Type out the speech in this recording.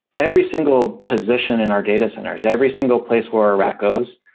every single position in our data centers, every single place where a rack goes,